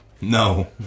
No